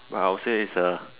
but I would say it's a